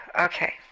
Okay